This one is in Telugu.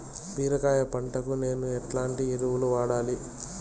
బీరకాయ పంటకు నేను ఎట్లాంటి ఎరువులు వాడాలి?